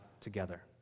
together